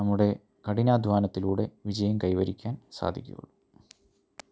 നമ്മുടെ കഠിനാധ്വാനത്തിലൂടെ വിജയം കൈവരിക്കാൻ സാധിക്കുകയുള്ളൂ